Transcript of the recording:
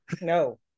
No